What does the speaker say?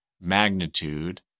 magnitude